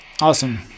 Awesome